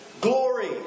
glory